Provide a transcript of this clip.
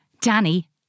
Danny